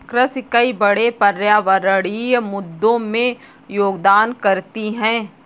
कृषि कई बड़े पर्यावरणीय मुद्दों में योगदान करती है